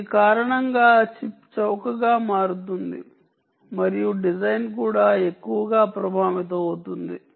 ఈ కారణంగా చిప్ చౌకగా మారుతుంది మరియు డిజైన్ కూడా ఎక్కువగా ప్రభావితమవుతుంది